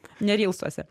ne rylsuose